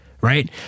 Right